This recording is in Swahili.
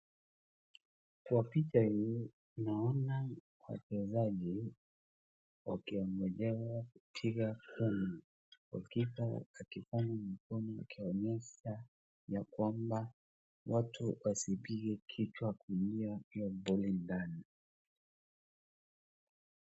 kwa picha hii naona wachezaji wakiongezewa kupiga kumi kwa Keeper akifanya mikono kuonyesha yakwamba watu wasipige kichwa kuingia hio ball ndani.